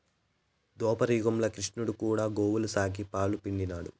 దోపర యుగంల క్రిష్ణుడు కూడా గోవుల సాకి, పాలు పిండినాడు